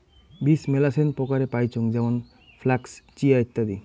বীজ মেলাছেন প্রকারের পাইচুঙ যেমন ফ্লাক্স, চিয়া, ইত্যাদি